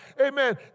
Amen